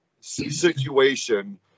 situation